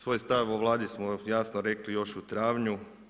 Svoj stav o Vladi smo jasno rekli još u travnju.